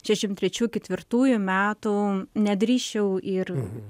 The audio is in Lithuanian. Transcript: šešiasdešim trečių ketvirtų metų nedrįsčiau ir